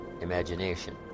imagination